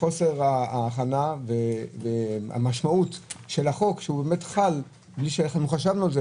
הובכנו מחוסר ההכנה והמשמעות של חוק שחל על כלי פלסטיק רב-פעמיים.